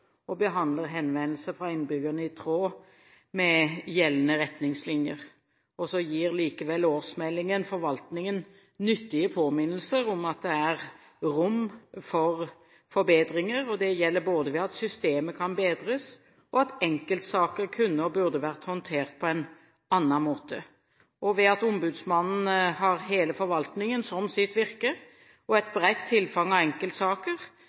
og behandler henvendelser fra innbyggerne i tråd med gjeldende retningslinjer. Så gir likevel årsmeldingen forvaltningen nyttige påminnelser om at det er rom for forbedringer. Det gjelder både ved at systemet kan bedres, og ved at enkeltsaker kunne og burde vært håndtert på en annen måte. Ved at ombudsmannen har hele forvaltningen som sitt virke og et bredt tilfang av enkeltsaker,